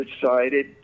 decided